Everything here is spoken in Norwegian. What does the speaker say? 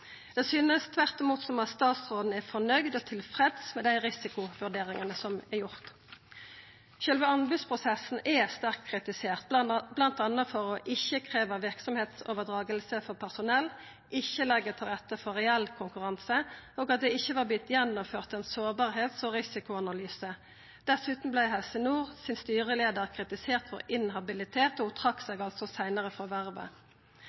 Det synest tvert imot som om statsråden er fornøgd og tilfreds med dei risikovurderingane som er gjorde. Sjølve anbodsprosessen er sterkt kritisert bl.a. for ikkje å krevja verksemdsoverdraging for personell, ikkje leggja til rette for reell konkurranse og at det ikkje hadde vorte gjennomført ein sårbarheits- og risikoanalyse. Dessutan vart styreleiaren i Helse Nord kritisert for inhabilitet, og ho trekte seg også seinare frå vervet.